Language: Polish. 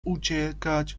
uciekać